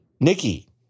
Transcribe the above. Nikki